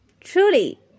Truly